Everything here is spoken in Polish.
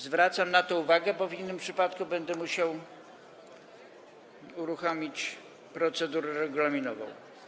Zwracam na to uwagę, bo w innym przypadku będę musiał uruchomić procedurę regulaminową.